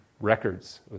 records